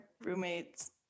roommate's